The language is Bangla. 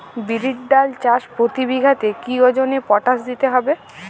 বিরির ডাল চাষ প্রতি বিঘাতে কি ওজনে পটাশ দিতে হবে?